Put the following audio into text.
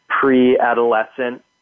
pre-adolescent